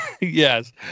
Yes